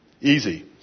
Easy